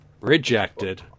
Rejected